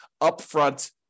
upfront